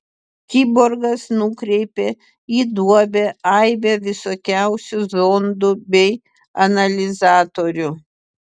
kiborgas nukreipė į duobę aibę visokiausių zondų bei analizatorių